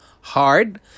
hard